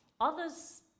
Others